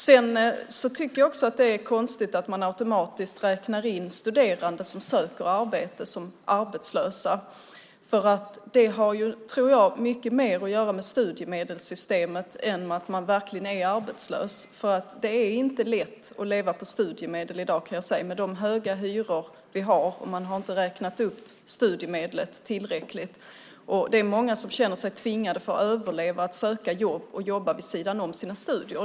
Jag tycker också att det är konstigt att man automatiskt räknar in studerande som söker arbete som arbetslösa. Jag tror att det har mycket mer att göra med studiemedelssystemet än att man verkligen är arbetslös. Det är inte lätt att leva på studiemedel i dag med de höga hyror vi har. Man har inte räknat upp studiemedlet tillräckligt. För att överleva är det är många som känner sig tvingade att söka jobb och jobba vid sidan om sina studier.